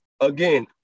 again